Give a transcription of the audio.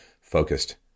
focused